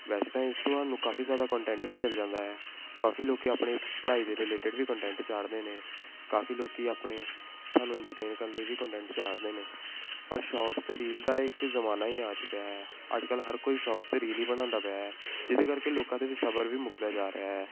ਵੈਸੇ ਤਾਂ ਇਸ ਤੋਂ ਸਾਨੂੰ ਕਾਫੀ ਜ਼ਿਆਦਾ ਕੋਨਟੈਂਟ ਵੀ ਮਿਲ ਜਾਂਦਾ ਹੈ ਕਾਫੀ ਲੋਕ ਆਪਣੇ ਪੜ੍ਹਾਈ ਦੇ ਰਿਲੇਟਡ ਵੀ ਕੋਨਟੈਂਟ ਚਾੜ੍ਹਦੇ ਨੇ ਕਾਫੀ ਲੋਕ ਆਪਣੇ ਸਾਨੂੰ ਐਂਟਰਟੇਨ ਕਰਨ ਲਈ ਵੀ ਕੋਨਟੈਂਟ ਚਾੜ੍ਹਦੇ ਨੇ ਪਰ ਸ਼ੋਟਸ ਅਤੇ ਰੀਲਸ ਦਾ ਇੱਕ ਜ਼ਮਾਨਾ ਹੀ ਆ ਚੁੱਕਿਆ ਹੈ ਅੱਜ ਕੱਲ ਹਰ ਕੋਈ ਸ਼ੋਟਸ ਅਤੇ ਰੀਲ ਹੀ ਬਣਾਉਂਦਾ ਪਿਆ ਹੈ ਜਿਹਦੇ ਕਰਕੇ ਲੋਕਾਂ ਦੇ ਵਿੱਚ ਸਬਰ ਵੀ ਮੁੱਕਦਾ ਜਾ ਰਿਹਾ ਹੈ